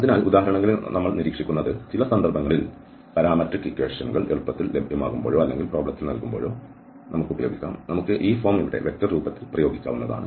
അതിനാൽ ഉദാഹരണങ്ങളിൽ നമ്മൾ നിരീക്ഷിക്കുന്നത് ചില സന്ദർഭങ്ങളിൽ പാരാമട്രിക് സമവാക്യം എളുപ്പത്തിൽ ലഭ്യമാകുമ്പോഴോ അല്ലെങ്കിൽ പ്രോബ്ലത്തിൽ നൽകുമ്പോഴോ നമുക്ക് ഈ ഫോം ഇവിടെ വെക്റ്റർ രൂപത്തിൽ പ്രയോഗിക്കാവുന്നതാണ്